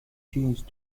changed